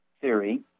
theory